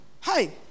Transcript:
Hi